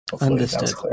Understood